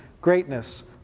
Greatness